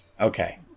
Okay